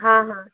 हाँ हाँ